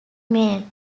mail